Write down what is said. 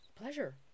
pleasure